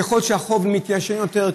ככל שהחוב מתיישן יותר,